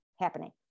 happening